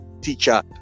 teacher